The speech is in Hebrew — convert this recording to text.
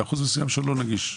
ואחוז מסוים שהוא לא נגיש,